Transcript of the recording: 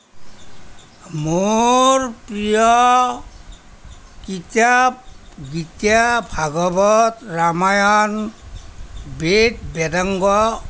মোৰ প্ৰিয় কিতাপ গীতা ভাগৱত ৰামায়ণ বেদ বেদাংগ